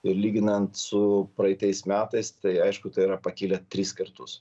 ir lyginant su praeitais metais tai aišku tai yra pakilę tris kartus